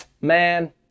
Man